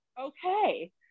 okay